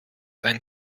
ein